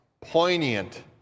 poignant